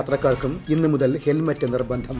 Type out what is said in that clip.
യാത്രക്കാർക്കും ഇന്നുമുതൽ ഹെൽമറ്റ് നിർബന്ധം